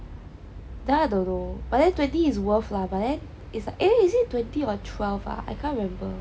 that [one] I don't know but then twenty is worth lah but it is a is it twenty or twelve ah I can't remember